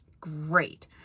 Great